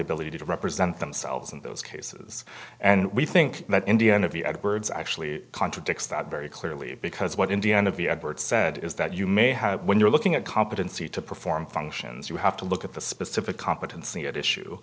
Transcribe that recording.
ability to represent themselves in those cases and we think that indian of the edwards actually contradicts that very clearly because what indiana v edward said is that you may have when you're looking at competency to perform functions you have to look at the specific competency at issue